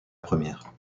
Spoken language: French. première